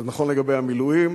זה נכון לגבי המילואים,